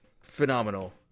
Phenomenal